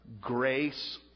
grace